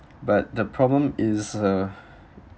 but the problem is uh